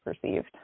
perceived